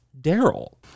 Daryl